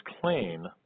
clean